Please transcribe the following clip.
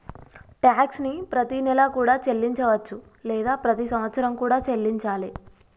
tax ని ప్రతినెలా కూడా చెల్లించవచ్చు లేదా ప్రతి సంవత్సరం కూడా చెల్లించాలే